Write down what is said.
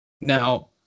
Now